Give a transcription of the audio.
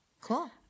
Cool